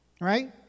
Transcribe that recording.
Right